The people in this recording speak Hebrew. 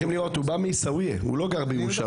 הוא גר בעיסאוויה, הוא לא גר בירושלים.